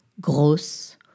grosse